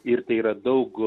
ir tai yra daug